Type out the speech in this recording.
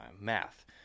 math